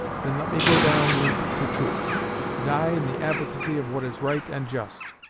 then let me go down linked to truth die in the advocacy of what is right and just.